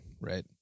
Right